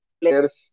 players